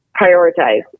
prioritize